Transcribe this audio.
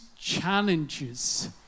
challenges